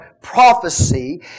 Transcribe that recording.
prophecy